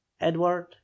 edward